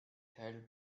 held